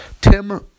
Tim